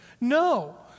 No